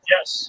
Yes